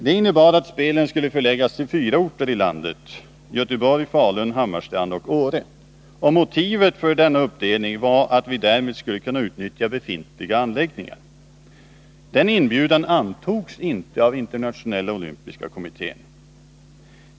Det innebar att spelen skulle förläggas till fyra orter i landet, nämligen Göteborg, Falun, Hammarstrand och Åre. Motivet för denna uppdelning var att vi därmed skulle kunna utnyttja befintliga anläggningar. Den inbjudan antogs inte av Internationella olympiska kommittén.